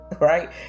right